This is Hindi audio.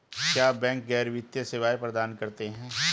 क्या बैंक गैर वित्तीय सेवाएं प्रदान करते हैं?